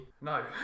No